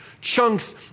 chunks